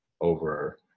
over